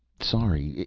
sorry.